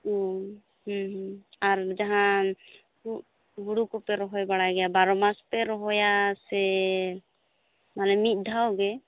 ᱚᱻ ᱦᱩᱸ ᱦᱩᱸ ᱟᱨ ᱡᱟᱦᱟᱸ ᱦᱩᱲᱩ ᱠᱚᱯᱮ ᱨᱚᱦᱚᱭ ᱵᱟᱲᱟᱭ ᱜᱮᱭᱟ ᱵᱟᱨᱳ ᱢᱟᱥ ᱯᱮ ᱨᱚᱦᱚᱭᱟ ᱥᱮ ᱢᱟᱱᱮ ᱢᱤᱫ ᱫᱷᱟᱣ ᱜᱮ